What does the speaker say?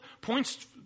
points